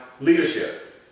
leadership